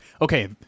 Okay